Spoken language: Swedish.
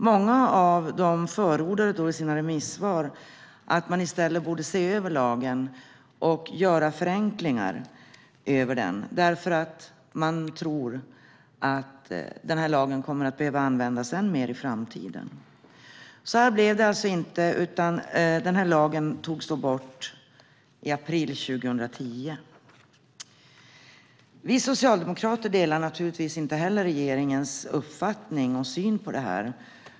Många av dem förordade i sina remissvar att man i stället borde se över lagen och göra förenklingar i den, därför att man tror att lagen kommer att behöva användas ännu mer i framtiden. Men så blev det alltså inte, utan lagen togs bort i april 2010. Vi socialdemokrater delar naturligtvis inte heller regeringens uppfattning och syn på det här.